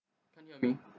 okay